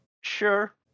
Sure